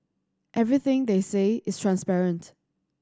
everything they say is transparent